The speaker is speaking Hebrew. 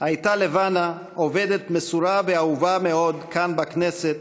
הייתה לבנה עובדת מסורה ואהובה מאוד כאן, בכנסת,